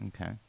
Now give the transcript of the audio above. Okay